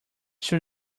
two